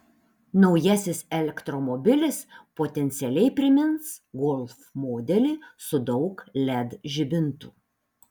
naujasis elektromobilis potencialiai primins golf modelį su daug led žibintų